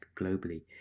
globally